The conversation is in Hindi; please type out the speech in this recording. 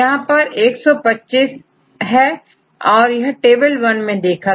यहां पर 125Å3 है या टेबल वन से देखा गया है